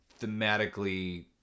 thematically